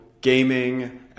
gaming